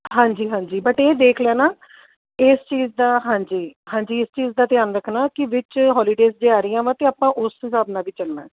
ਹਾਂਜੀ ਹਾਂਜੀ ਬਟ ਇਹ ਦੇਖ ਲੈਣਾ ਇਸ ਚੀਜ਼ ਦਾ ਹਾਂਜੀ ਹਾਂਜੀ ਇਸ ਚੀਜ਼ ਦਾ ਧਿਆਨ ਰੱਖਣਾ ਕਿ ਵਿੱਚ ਹੋਲੀਡੇਜ਼ ਜੇ ਆ ਰਹੀਆਂ ਵਾ ਤਾਂ ਆਪਾਂ ਉਸ ਹਿਸਾਬ ਨਾਲ ਵੀ ਚੱਲਣਾ